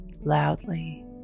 loudly